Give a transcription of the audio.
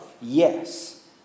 yes